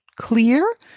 clear